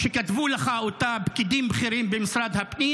שכתבו לך אותה פקידים בכירים במשרד הפנים.